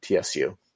TSU